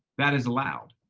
that is loud,